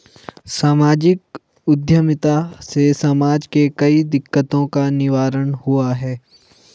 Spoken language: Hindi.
सामाजिक उद्यमिता से समाज के कई दिकक्तों का निवारण हुआ है